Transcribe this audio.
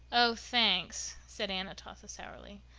oh, thanks, said aunt atossa sourly.